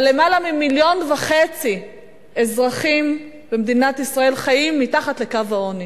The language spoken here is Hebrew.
אבל למעלה ממיליון וחצי אזרחים במדינת ישראל חיים מתחת לקו העוני,